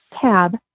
tab